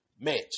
match